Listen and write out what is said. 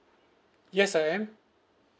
yes I am